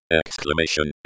exclamation